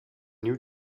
new